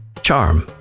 Charm